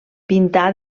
pintà